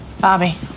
Bobby